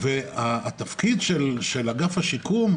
התפקיד של אגף השיקום,